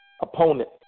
opponent